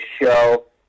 show